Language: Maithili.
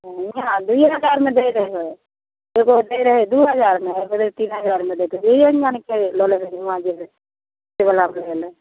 दूइये हजार मे दै रहै एगो दै रहै दू हजार मे एगो दै तीन हजार मे